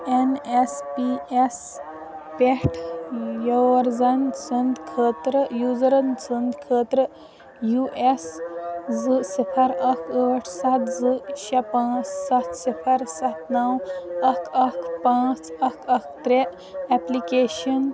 N S P یس پٮ۪ٹھ یوٗزرَن سنٛدۍ خٲطرٕ یوٗزرَن سنٛدۍ خٲطرٕ یوٗ ایٚس زٕ صفر اکھ ٲٹھ ستھ زٕ شےٚ پانٛژھ ستھ صفر ستھ نَو اکھ اکھ پانٛژھ اکھ اکھ ترٛےٚ ایٚپلِکیشن